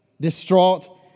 distraught